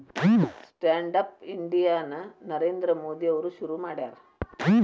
stand up India ನ ನರೇಂದ್ರ ಮೋದಿ ಅವ್ರು ಶುರು ಮಾಡ್ಯಾರ